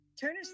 Turner's